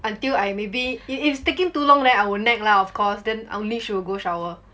until I maybe if if it's taking too long then I will nag lah of course then only she will go shower